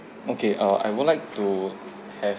okay uh I would like to have